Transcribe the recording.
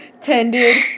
tended